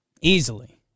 Easily